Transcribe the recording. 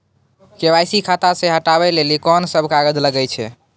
KYC खाता से हटाबै लेली कोंन सब कागज लगे छै?